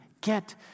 get